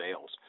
sales